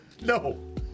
No